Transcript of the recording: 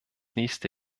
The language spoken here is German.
nächste